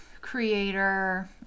creator